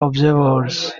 observers